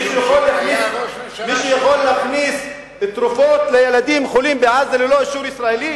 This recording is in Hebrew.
מישהו יכול להכניס תרופות לילדים חולים בעזה ללא אישור ישראלי?